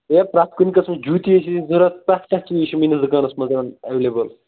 ہے پرٛتھ کُنہِ قٕسمٕچ جوٗتی چھِ ضروٗرت پرٛتھ کانٛہہ چیٖز چھُ میٛٲنِس دُکانَس منٛز یِوان ایٚویلیبٕل